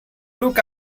look